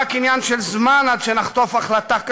צריך להביא לכם, הבאתי את זה ב-60 שניות,